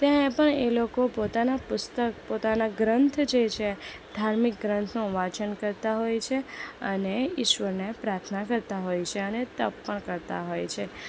ત્યાં પણ એ લોકો પોતાના પુસ્તક પોતાના ગ્રંથ જે છે એ ધાર્મિક ગ્રંથનું વાંચન કરતા હોય છે અને ઈશ્વરને પ્રાર્થના કરતા હોય છે અને તપ પણ કરતા હોય છે